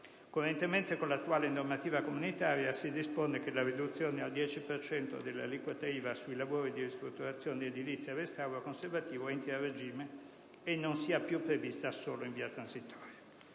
Coerentemente con l'attuale normativa comunitaria, si dispone che la riduzione al 10 per cento dell'aliquota IVA sui lavori di ristrutturazione edilizia e restauro conservativo entri a regime e non sia più prevista solo in via transitoria.